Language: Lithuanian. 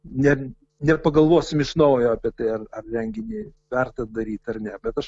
ne nepagalvosim iš naujo apie tai ar ar renginį verta daryti ar ne bet aš